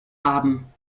haben